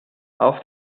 auf